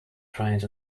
trains